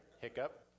Hiccup